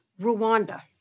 Rwanda